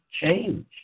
change